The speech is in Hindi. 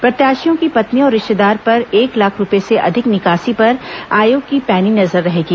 प्रत्याशियों की पत्नी और रिश्तेदार पर एक लाख रूपये से अधिक निकासी पर आयोग की पैनी नजर रहेगी